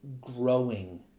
growing